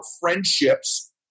friendships